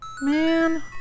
man